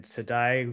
today